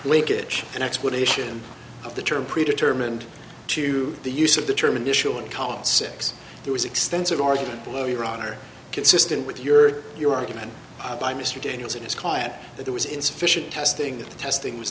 linkage and explanation of the term pre determined to the use of the term initial in column six there was extensive argument below your honor consistent with your your argument by mr daniels in his client that there was insufficient testing testing was